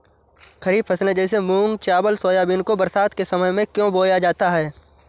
खरीफ फसले जैसे मूंग चावल सोयाबीन को बरसात के समय में क्यो बोया जाता है?